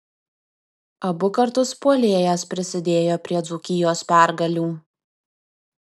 abu kartus puolėjas prisidėjo prie dzūkijos pergalių